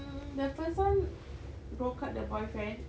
mm the first [one] broke up the boyfriend